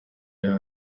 aha